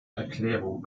erklärung